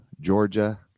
Georgia